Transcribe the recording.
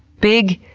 big,